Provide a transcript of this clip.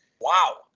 wow